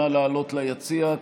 נא לעלות ליציע,